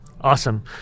Awesome